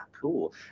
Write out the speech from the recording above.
cool